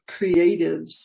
creatives